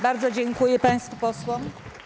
Bardzo dziękuję państwu posłom.